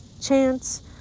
chance